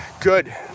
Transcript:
good